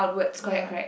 ya